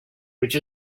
which